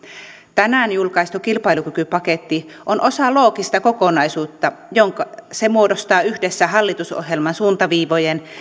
tänään julkaistu kilpailukykypaketti on osa loogista kokonaisuutta jonka se muodostaa yhdessä hallitusohjelman suuntaviivojen